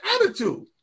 attitude